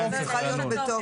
אז היא צריכה להיות בתוקף.